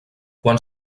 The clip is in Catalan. quan